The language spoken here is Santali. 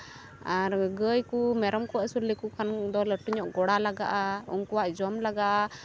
ᱟᱨ ᱜᱟᱹᱭ ᱠᱚ ᱢᱮᱨᱚᱢ ᱠᱚ ᱟᱹᱥᱩᱞ ᱞᱮᱠᱚ ᱠᱷᱟᱱ ᱫᱚ ᱞᱟᱹᱴᱩ ᱧᱚᱜ ᱜᱚᱲᱟ ᱞᱟᱜᱟᱜᱼᱟ ᱩᱝᱠᱩᱣᱟᱜ ᱡᱚᱢ ᱞᱟᱜᱟᱜᱼᱟ